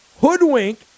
hoodwink